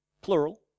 plural